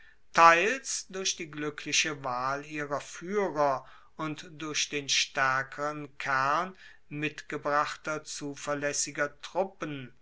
teils durch die glueckliche wahl ihrer fuehrer und durch den staerkeren kern mitgebrachter zuverlaessiger truppen